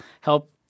help